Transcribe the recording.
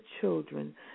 children